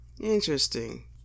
interesting